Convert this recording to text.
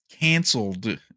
canceled